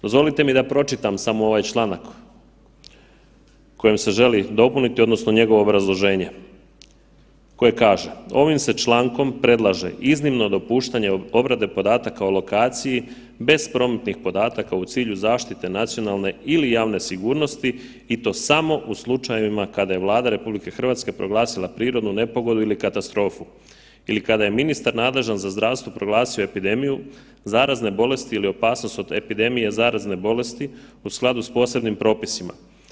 Dozvolite mi da pročitam samo ovaj članak kojim se želi dopuniti odnosno njegovo obrazloženje koje kaže, ovim se člankom predlaže iznimno dopuštanje obrade podataka o lokaciji bez promptnih podataka u cilju zaštite nacionalne ili javne sigurnosti i to samo u slučajevima kada je Vlada RH proglasila prirodnu nepogodu ili katastrofu ili kada je ministar nadležan za zdravstvo proglasio epidemiju zarazne bolesti ili opasnost od epidemije zarazne bolesti u skladu s posebnim propisima.